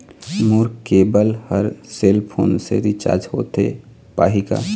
मोर cable हर cell phone से recharge होथे पाही का?